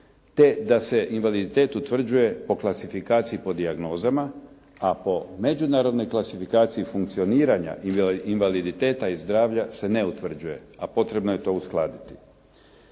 te da se invaliditet utvrđuje po klasifikaciji po dijagnozama, a po međunarodnoj klasifikaciji funkcioniranja invaliditeta i zdravlja se ne utvrđuje, a potrebno je to uskladiti.